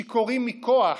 שיכורים מכוח.